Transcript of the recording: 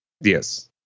Yes